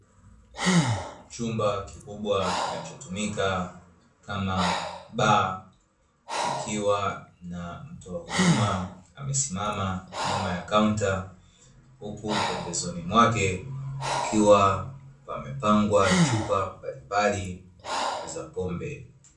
Chumba kikubwa kinachotumika kama baa, kikiwa na mtoa huduma amesimama nyuma ya kaunta, huku pembezoni mwake pakiwa pamepangwa chupa mbalimbali za pombe.